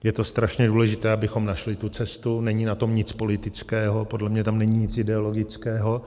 Je to strašně důležité, abychom našli tu cestu, není na tom nic politického, podle mě tam není nic ideologického.